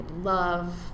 love